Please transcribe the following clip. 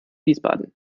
wiesbaden